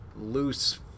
loose